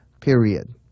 period